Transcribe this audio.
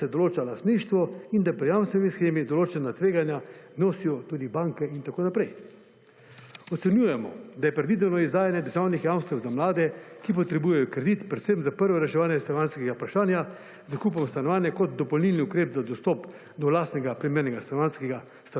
da se določa lastništvo, in da pri jamstveni shemi določena tveganja nosijo tudi banke in tako naprej. Ocenjujemo, da je predvideno izdajanje državnih jamstev za mlade, ki potrebujejo kredit, predvsem za prvo reševanje stanovanjskega vprašanja, nakupov stanovanja kot dopolnilni ukrep za dostop do lastnega primernega stanovanjskega